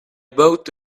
bought